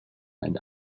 and